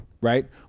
Right